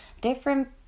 different